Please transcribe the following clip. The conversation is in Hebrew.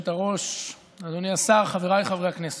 היושבת-ראש, אדוני השר, חבריי חברי הכנסת,